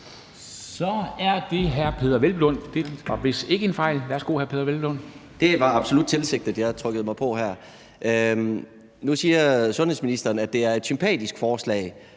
Så er det hr. Peder Hvelplund, og det er vist ikke en fejl. Værsgo, hr. Peder Hvelplund. Kl. 10:22 Peder Hvelplund (EL): Det var absolut tilsigtet, at jeg trykkede mig ind her. Nu siger sundhedsministeren, at det er et sympatisk forslag,